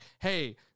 hey